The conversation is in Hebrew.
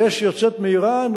היא אש שיוצאת מאירן,